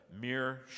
mere